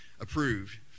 approved